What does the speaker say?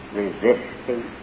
resisting